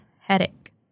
headache